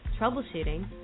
troubleshooting